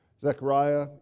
Zechariah